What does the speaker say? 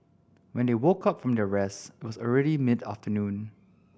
when they woke up from their rest it was already mid afternoon